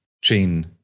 chain